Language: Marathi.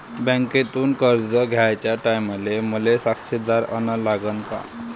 बँकेतून कर्ज घ्याचे टायमाले मले साक्षीदार अन लागन का?